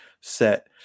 set